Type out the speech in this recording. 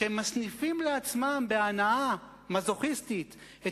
שמסניפים לעצמם בהנאה מזוכיסטית את